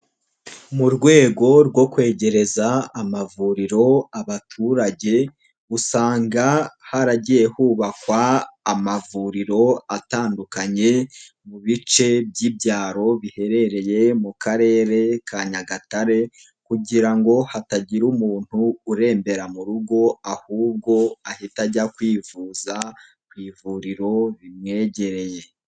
Mu rwego rwo kwegereza amavuriro abaturage usanga haragiye hubakwa amavuriro atandukanye mu bice by'ibyaro biherereye mu Karere ka Nyagatare kugira ngo hatagira umuntu urembera mu rugo ahubwo ahita ajya kwivuza ku ivuriro rimwegereye.